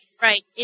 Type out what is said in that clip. Right